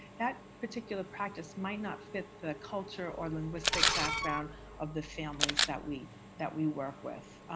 that particular practice might not fit the culture or linguistic background of the families that we that we work with.